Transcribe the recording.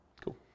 Cool